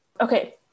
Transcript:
Okay